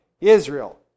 Israel